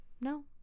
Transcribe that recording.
no